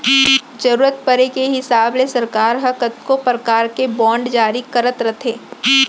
जरूरत परे के हिसाब ले सरकार ह कतको परकार के बांड जारी करत रथे